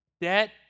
Debt